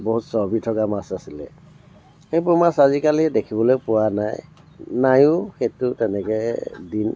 বহুত চৰ্বি থকা মাছ আছিলে সেইবোৰ মাছ আজিকালি দেখিবলৈ পোৱা নাই নায়ো সেইটো তেনেকৈ দিন